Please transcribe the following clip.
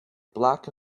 black